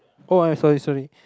oh I sorry sorry